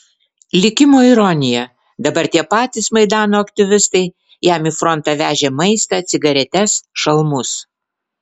likimo ironija dabar tie patys maidano aktyvistai jam į frontą vežė maistą cigaretes šalmus